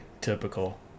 typical